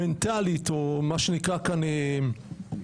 מנטלית או מה שנקרא כאן נפשית,